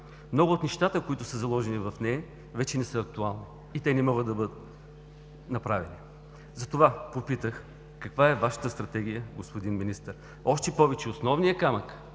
Много от нещата, които са заложени в нея вече не са актуални. И те не могат да бъдат направени. Затова попитах: каква е Вашата стратегия, господин Министър? Още повече основният камък,